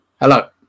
Hello